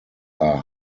are